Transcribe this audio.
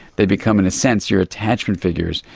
they become in a sense your attachment figures.